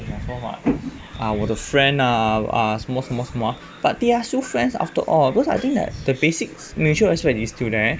讲说话 um 我的 friend ah err 什么什么什么 but they are still friends after all because I think that the basics mutual respect is still there